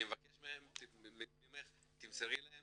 אני מבקש ממך שתמסרי להם